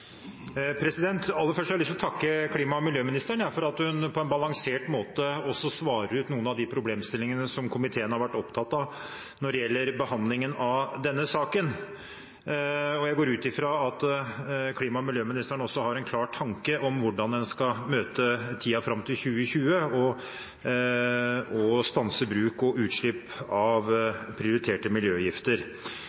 Aller først har jeg lyst å takke klima- og miljøministeren for at hun på en balansert måte også svarer ut noen av de problemstillingene som komiteen har vært opptatt av når det gjelder behandlingen av denne saken. Og jeg går ut ifra at klima- og miljøministeren også har en klar tanke om hvordan en skal møte tiden fram til 2020 og stanse bruk og utslipp av prioriterte miljøgifter.